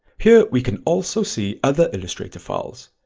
here we can also see other illustrator files.